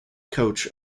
coach